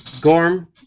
Gorm